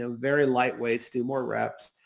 ah very lightweights, do more reps.